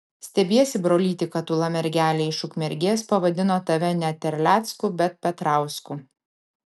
stebiesi brolyti kad tūla mergelė iš ukmergės pavadino tave ne terlecku bet petrausku